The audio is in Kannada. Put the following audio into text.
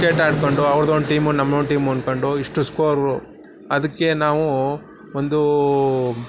ಕ್ರಿಕೆಟ್ ಆಡಿಕೊಂಡು ಅವ್ರ್ದೊಂದು ಟೀಮು ನಮ್ದೊಂದು ಟೀಮು ಅಂದ್ಕೊಂಡು ಇಷ್ಟು ಸ್ಕೋರು ಅದಕ್ಕೆ ನಾವು ಒಂದೂ